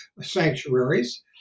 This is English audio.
sanctuaries